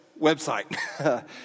website